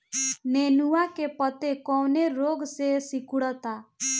नेनुआ के पत्ते कौने रोग से सिकुड़ता?